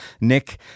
Nick